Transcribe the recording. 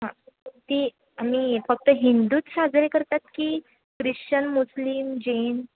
हां ती आम्ही फक्त हिंदूच साजरे करतात की ख्रिश्चन मुस्लिम जैन